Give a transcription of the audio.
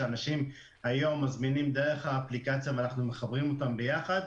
שאנשים היום מזמינים דרך האפליקציה ואנחנו מחברים אותם ביחד.